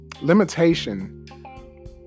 limitation